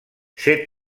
ses